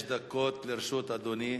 ברשות שדות התעופה,